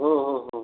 हो हो हो